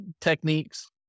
techniques